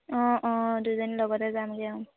অঁ অঁ দুয়োজনী লগতে যামগৈ অঁ